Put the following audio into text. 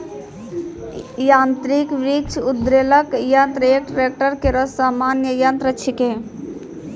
यांत्रिक वृक्ष उद्वेलक यंत्र एक ट्रेक्टर केरो सामान्य यंत्र छिकै